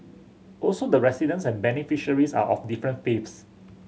also the residents and beneficiaries are of different faiths